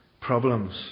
problems